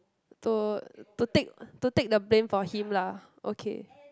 to to take to take the blame for him lah okay